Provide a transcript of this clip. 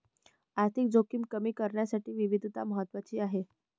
आर्थिक जोखीम कमी करण्यासाठी विविधता महत्वाची आहे